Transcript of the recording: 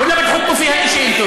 או שאתם שמים בהם משהו?